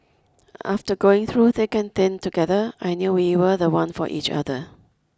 after going through thick and thin together I knew we were the one for each other